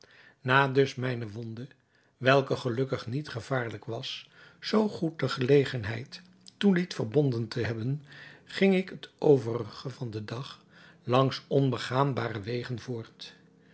na dus mijne wonde welke gelukkig niet gevaarlijk was zoo goed de gelegenheid toeliet verbonden te hebben ging ik het overige van den dag langs ongebaande wegen voort